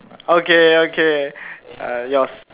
okay okay uh yours